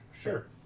Sure